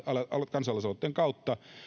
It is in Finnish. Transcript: kansalaisaloitteen kautta